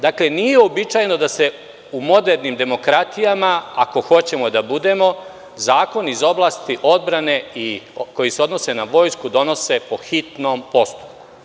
Dakle, nije uobičajeno da se u modernim demokratijama, ako hoćemo da budemo, zakoni iz oblasti odbrane i koji se odnose na vojsku donose po hitnom postupku.